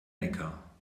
neckar